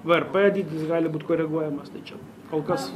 vrp dydis gali būt koreguojamas tai čia kol kas